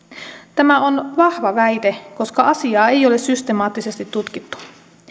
tämä on vahva väite koska asiaa ei ole systemaattisesti tutkittu